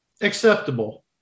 Acceptable